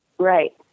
Right